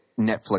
Netflix